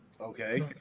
Okay